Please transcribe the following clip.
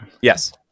yes